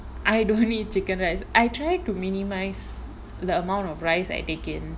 I don't eat chicken rice I try to minimise the amount of rice I take in